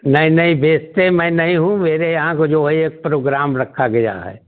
नहीं नहीं बेचते मैं नहीं हूँ मेरे यहाँ को जो है एक प्रोग्राम रखा गया है